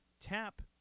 tap